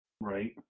Right